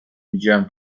widziałem